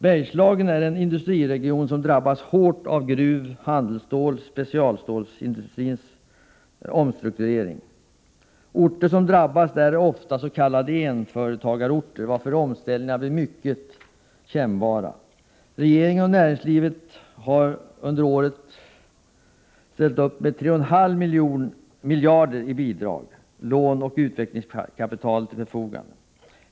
Bergslagen är en industriregion som drabbats hårt av gruv-, handelstålsoch spcialstålsindustrins omstrukturering. Orter som drabbas är ofta s.k. enföretagsorter, varför omställningarna blir mycket kännbara. Regeringen och näringslivet har under ett år ställt ca 3,5 miljarder i bidrag, lån och utvecklingskapital till förfogande.